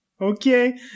Okay